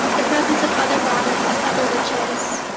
the presence of other bodies, other witches.